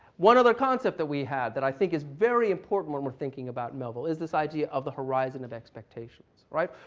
one other concept that we had that i think is very important when we're thinking about melville is this idea of the horizon of expectations, right?